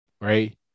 right